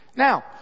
Now